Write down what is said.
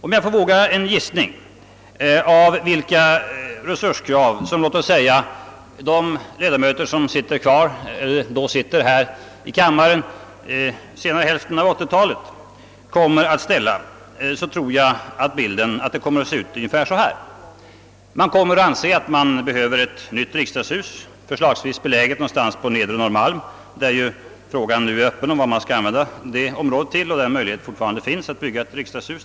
Om jag får våga en gissning beträf fande vilka resurskrav som de ledamöter, som sitter i riksdagen under senare hälften av 1980-talet, kommer att ställa blir den följande: Man kommer att anse att man behöver ett nytt riksdagshus, förslagsvis beläget någonstans på nedre Norrmalm. Frågan om användningen av detta område är fortfarande öppen och möjligheter finns att där bygga ett riksdagshus.